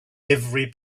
every